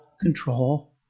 control